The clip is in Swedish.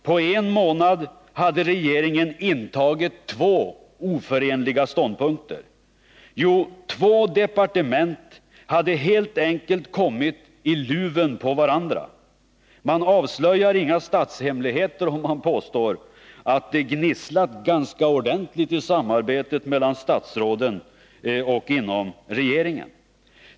På en månad hade regeringen intagit två oförenliga ståndpunkter. Vad hade hänt? Jo, två departement hade helt enkelt kommit i luven på varandra. Man avslöjar inga statshemligheter om man påstår att det gnisslat ganska ordentligt i samarbetet mellan statsråden och inom regeringen.